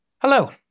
Hello